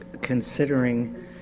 considering